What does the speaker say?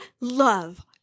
love